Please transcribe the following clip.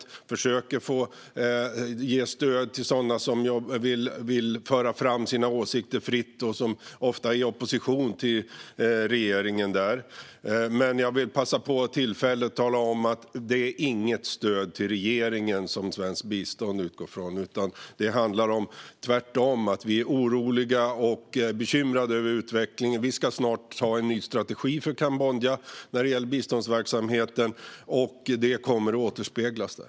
Vi försöker ge stöd till sådana som vill föra fram sina åsikter fritt. Dessa står ofta i opposition till regeringen. Jag vill passa på och tala om att svenskt bistånd inte utgår som stöd till regeringen. Vi är tvärtom oroliga och bekymrade över utvecklingen. Vi ska snart skriva en ny strategi för Kambodja när det gäller biståndsverksamheten. Detta kommer att återspeglas där.